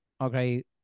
okay